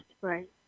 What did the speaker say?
right